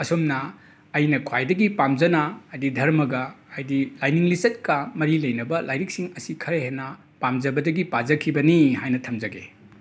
ꯑꯁꯨꯝꯅ ꯑꯩꯅ ꯈ꯭ꯋꯥꯏꯗꯒꯤ ꯄꯥꯝꯖꯅ ꯍꯥꯏꯗꯤ ꯙꯔꯃꯒ ꯍꯥꯏꯗꯤ ꯂꯥꯏꯅꯤꯡ ꯂꯤꯆꯠꯀ ꯃꯔꯤ ꯂꯩꯅꯕ ꯂꯥꯏꯔꯤꯛꯁꯤꯡ ꯑꯁꯤ ꯈꯔ ꯍꯦꯟꯅ ꯄꯥꯝꯖꯕꯗꯒꯤ ꯄꯥꯖꯈꯤꯕꯅꯤ ꯍꯥꯏꯅ ꯊꯝꯖꯒꯦ